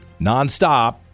nonstop